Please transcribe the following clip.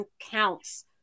counts